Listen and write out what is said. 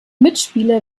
mitspieler